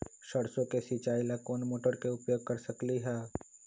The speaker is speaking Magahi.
सरसों के सिचाई ला कोंन मोटर के उपयोग कर सकली ह?